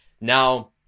now